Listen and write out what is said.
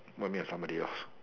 what you mean by somebody else